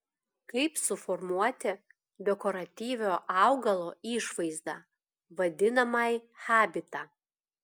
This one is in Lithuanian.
kaip suformuoti dekoratyviojo augalo išvaizdą vadinamąjį habitą